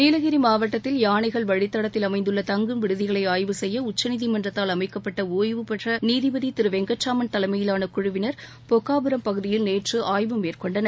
நீலகிரி மாவட்டத்தில் யானைகள் வழித்தடத்தில் அமைந்துள்ள தங்கும் விடுதிகளை ஆய்வு செய்ய உச்சநீதிமன்றத்தால் அமைக்கப்பட்ட ஓய்வு பெற்ற நீதிபதி திரு வெங்கட்ராமன் தலைமையிலான குழுவினர் பொக்காபுரம் பகுதியில் நேற்று ஆய்வு மேற்கொண்டனர்